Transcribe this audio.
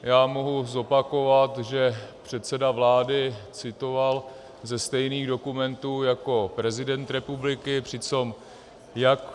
Já mohu zopakovat, že předseda vlády citoval ze stejných dokumentů jako prezident republiky, přitom jak...